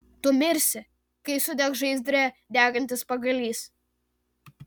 tu mirsi kai sudegs žaizdre degantis pagalys